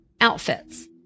outfits